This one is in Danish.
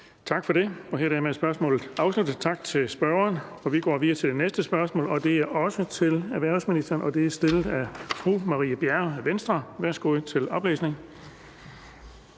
Tak for det. Hermed er spørgsmålet afsluttet. Tak til spørgeren. Vi går videre til det næste spørgsmål, som også er til erhvervsministeren, og det er stillet af fru Marie Bjerre, Venstre. Kl. 19:29 Spm. nr.